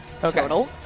total